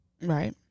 Right